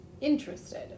interested